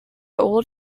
old